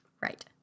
Right